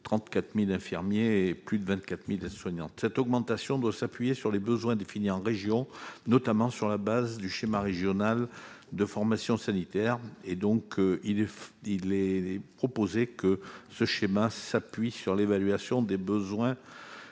34 000 infirmiers et 24 000 aides-soignants. Cette augmentation doit s'appuyer sur les besoins définis en région, notamment dans le cadre du schéma régional des formations sanitaires. Il est proposé que ce schéma s'appuie sur l'évaluation des besoins